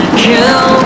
kill